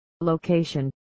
location